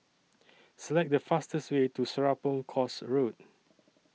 Select The fastest Way to Serapong Course Road